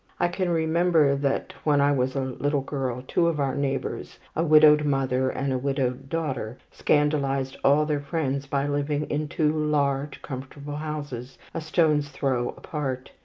i can remember that, when i was a little girl, two of our neighbours, a widowed mother and a widowed daughter, scandalized all their friends by living in two large comfortable houses, a stone's throw apart,